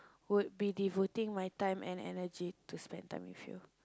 would be devoting my time and energy to spend time with you